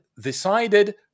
decided